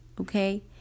Okay